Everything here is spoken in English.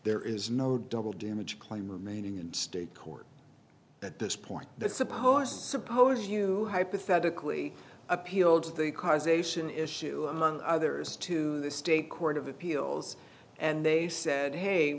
there is no double damage claim remaining in state court at this point that suppose suppose you hypothetically appealed the causation issue among others to the state court of appeals and they said hey